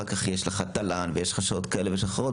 אחר כך יש לך תל"ן ויש לך שעות כאלה ושעות אחרות.